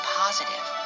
positive